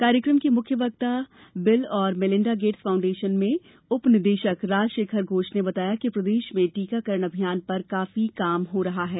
कार्यकम के मुख्य वक्ता बिल और मेलिंडा गेट्स फाउंडेशन में उप निदेशक राज शेखर घोष ने बताया कि प्रदेश में टीकाकरण अभियान पर काफी काम हो रहा है